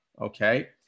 okay